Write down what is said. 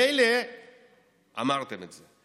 מילא אמרתם את זה,